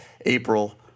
April –